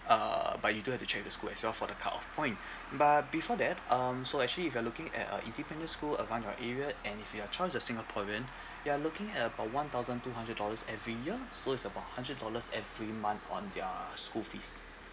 uh but you do have to check with the school as well for the cut off point but before that um so actually if you're looking at a independent school around your area and if your child is a singaporean you are looking at about one thousand two hundred dollars every year so it's about hundred dollars every month on their school fees